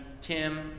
Tim